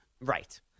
right